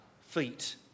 feet